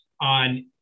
on